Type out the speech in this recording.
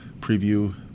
preview